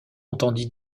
entendit